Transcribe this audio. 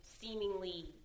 seemingly